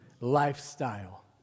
lifestyle